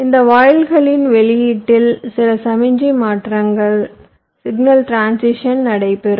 இந்த வாயில்களின் வெளியீட்டில் சில சமிக்ஞை மாற்றங்கள் நடைபெறும்